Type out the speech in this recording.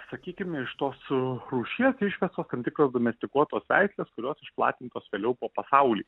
sakykim iš to su rūšies išvestos tam tikros domestikuotos veislės kurios išplatintos vėliau po pasaulį